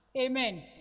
Amen